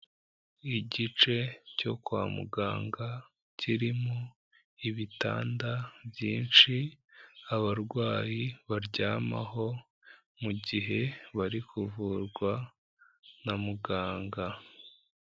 Igice cyo kwa muganga, kirimo ibitanda byinshi abarwayi baryamaho mu gihe bari kuvurwa na muganga.